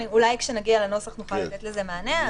אולי כשנגיע לנוסח נוכל לתת לזה מענה.